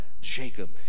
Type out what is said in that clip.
Jacob